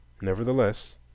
Nevertheless